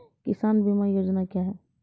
किसान बीमा योजना क्या हैं?